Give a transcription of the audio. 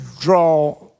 draw